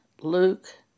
Luke